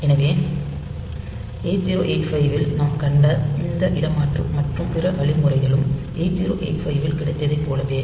எனவே 8085 இல் நாம் கண்ட இந்த இடமாற்று மற்றும் பிற வழிமுறைகளும் 8085 இல் கிடைத்ததைப் போலவே